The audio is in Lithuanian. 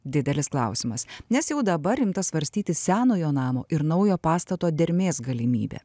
didelis klausimas nes jau dabar imta svarstyti senojo namo ir naujo pastato dermės galimybę